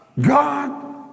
God